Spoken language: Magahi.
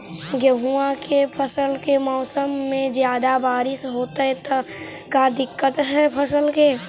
गेहुआ के फसल के मौसम में ज्यादा बारिश होतई त का दिक्कत हैं फसल के?